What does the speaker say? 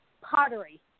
pottery